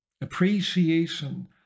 Appreciation